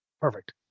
Perfect